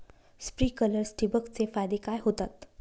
Sprinklers ठिबक चे फायदे काय होतात?